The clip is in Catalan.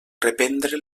reprendre